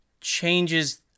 changes